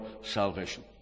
salvation